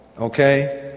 okay